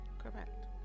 Correct